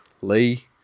Lee